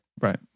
Right